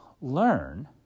learn